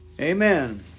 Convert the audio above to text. Amen